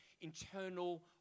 internal